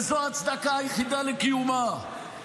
וזו ההצדקה היחידה לקיומה.